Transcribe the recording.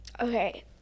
Okay